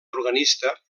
organista